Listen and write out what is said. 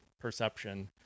perception